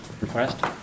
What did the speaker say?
request